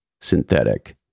synthetic